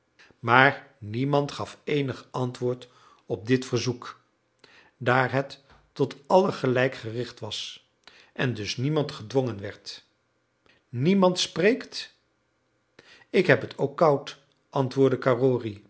maar niemand gaf eenig antwoord op dit verzoek daar het tot allen tegelijk gericht was en dus niemand gedwongen werd niemand spreekt ik heb het ook koud antwoordde